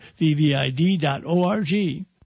vvid.org